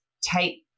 take